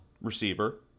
receiver